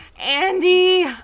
andy